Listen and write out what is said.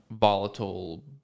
volatile